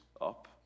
up